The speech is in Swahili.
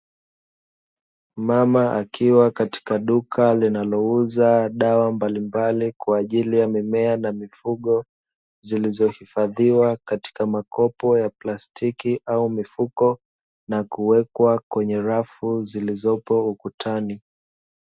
Mama akiwa katika duka linalouza dawa mbalimbali kwa ajili ya mimea na mifugo, zilizohifadhiwa katika makopo ya plastiki au mifuko, na kuwekwa kwenye rafu zilizopo ukutani.